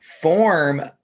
form